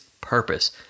purpose